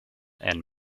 and